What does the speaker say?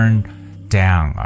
down